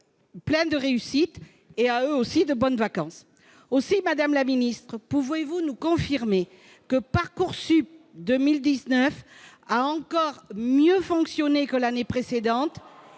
nombreuses réussites et à eux aussi de bonnes vacances ! Madame la ministre, pouvez-vous nous confirmer que Parcoursup a encore mieux fonctionné en 2019 que l'année précédente